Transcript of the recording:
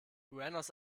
buenos